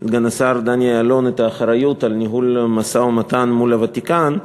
סגן השר דני אילון את האחריות לניהול המשא-ומתן מול הוותיקן,